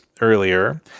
earlier